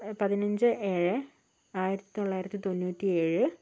പതിനഞ്ച് ഏഴ് ആയിരത്തി തൊള്ളായിരത്തി തൊണ്ണൂറ്റി ഏഴ്